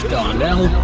Darnell